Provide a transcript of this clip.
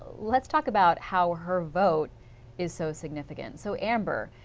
let's talk about how her vote is so significant. so amber,